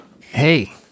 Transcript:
Hey